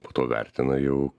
po to vertina jau